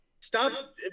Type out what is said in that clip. stop